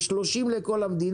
למשאבים - לכול.